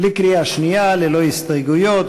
ללא הסתייגויות,